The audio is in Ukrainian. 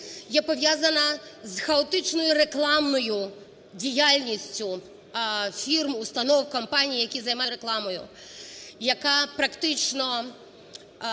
є пов'язана з хаотичною рекламною діяльністю фірм, установ, компаній, які займаються зовнішньою рекламою, яка практично